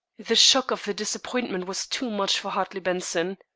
the shock of the disappointment was too much for hartley benson.